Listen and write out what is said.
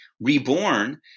reborn